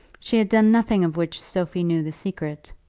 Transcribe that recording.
she had done nothing of which sophie knew the secret.